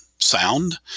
Sound